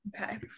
Okay